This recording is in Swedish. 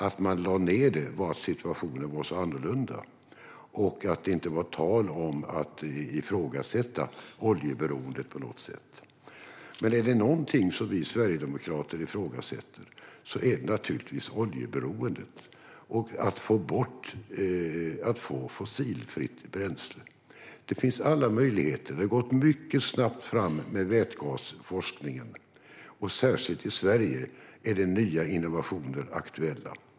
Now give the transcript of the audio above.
Att man lade ned det berodde på att situationen var så annorlunda och att det inte var tal om att ifrågasätta oljeberoendet på något sätt. Men är det någonting som vi sverigedemokrater ifrågasätter är det naturligtvis oljeberoendet. Att få fossilfritt bränsle finns det alla möjligheter till. Det har gått mycket snabbt fram med vätgasforskningen. Särskilt i Sverige är nya innovationer aktuella.